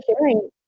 sharing